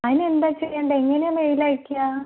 അതിന് എന്താണ് ചെയ്യേണ്ടത് എങ്ങനെയാണ് മെയിൽ അയയ്ക്കുക